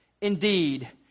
indeed